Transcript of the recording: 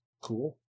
Cool